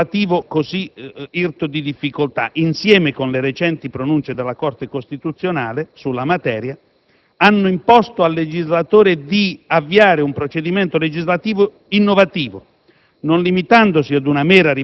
Questo percorso legislativo così irto di difficoltà, insieme con le recenti pronunce della Corte costituzionale sulla materia, hanno imposto al legislatore di avviare un procedimento legislativo innovativo,